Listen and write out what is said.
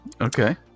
Okay